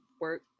work